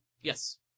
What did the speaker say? Yes